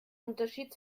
unterschied